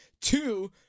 Two